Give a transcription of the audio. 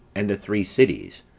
and the three cities,